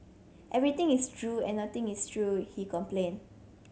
everything is true and nothing is true he complained